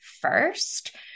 first